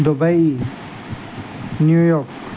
Dubai New York